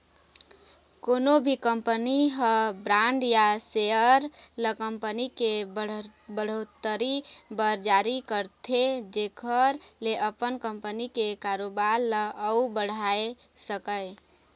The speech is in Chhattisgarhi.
कोनो भी कंपनी ह बांड या सेयर ल कंपनी के बड़होत्तरी बर जारी करथे जेखर ले अपन कंपनी के कारोबार ल अउ बढ़ाय सकय